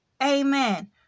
Amen